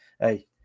Hey